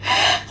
and